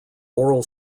oral